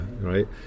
right